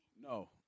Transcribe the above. No